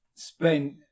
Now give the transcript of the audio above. Spent